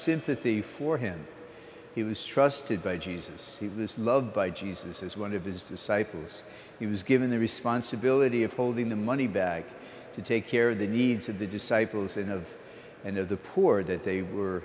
sympathy for him he was trusted by jesus he was loved by jesus as one of his disciples he was given the responsibility of holding the money bag to take care of the needs of the disciples and of and of the poor that they were